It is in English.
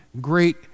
great